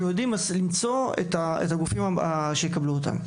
למצוא את הגופים שיקבלו אותם.